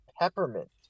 peppermint